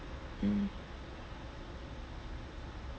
mm